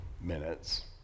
minutes